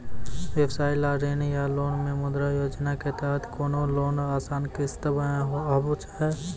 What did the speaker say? व्यवसाय ला ऋण या लोन मे मुद्रा योजना के तहत कोनो लोन आसान किस्त मे हाव हाय?